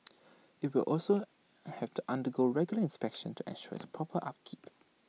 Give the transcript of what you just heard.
IT will also have to undergo regular inspections to ensure its proper upkeep